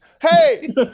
Hey